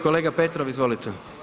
Kolega Petrov, izvolite.